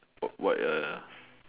got white ya